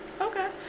Okay